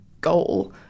goal